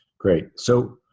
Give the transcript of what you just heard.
great. so